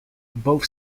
both